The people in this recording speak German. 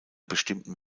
bestimmten